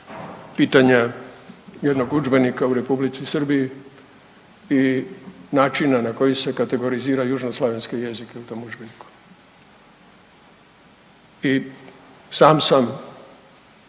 pitanja jednog udžbenika u Republici Srbiji i načina na koji se kategorizira južnoslavenske jezike u tom udžbeniku. I sam sam